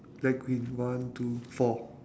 light green one two four